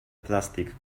plastic